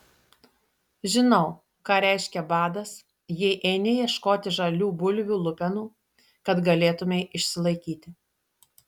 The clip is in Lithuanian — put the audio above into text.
žinau ką reiškia badas jei eini ieškoti žalių bulvių lupenų kad galėtumei išsilaikyti